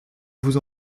vous